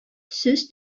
сүз